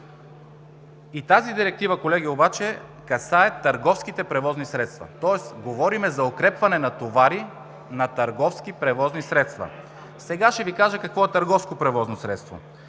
Тази Директива обаче касае търговските превозни средства, тоест говорим за укрепване на товари на търговски превозни средства. Ще Ви кажа какво е търговско превозно средство.